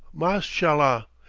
mashallah!